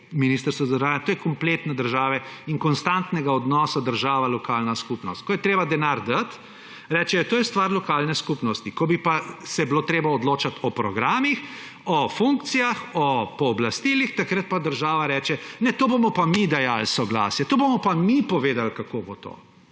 Ministrstva za zdravje, to je problem kompletne države in konstantnega odnosa država–lokalna skupnost, ko je treba denar dati, rečejo, to je stvar lokalne skupnosti. Ko bi se pa bilo treba odločati o programih, o funkcijah, o pooblastilih, takrat pa država reče – ne, tu bomo pa mi dajali soglasje, tu bomo pa mi povedali, kako bo to.